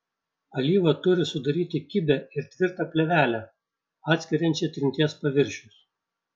alyva turi sudaryti kibią ir tvirtą plėvelę atskiriančią trinties paviršius